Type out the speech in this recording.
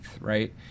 right